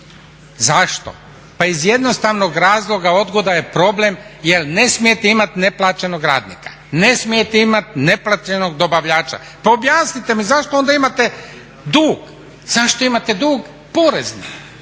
Zašto, pa iz jednostavnog razloga odgoda je problem jer ne smijete imati neplaćenog radnika, ne smijete imat neplaćenog dobavljača. Pa objasnite mi zašto onda imate dug, zašto imate dug porezni.